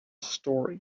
story